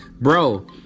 Bro